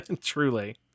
truly